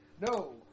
No